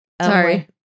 Sorry